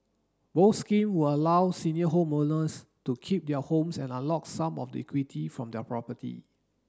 both scheme will allow senior homeowners to keep their homes and unlock some of the equity from their property